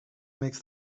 makes